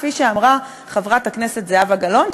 כפי שאמרה חברת הכנסת זהבה גלאון,